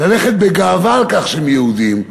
וללכת בגאווה על כך שהם יהודים.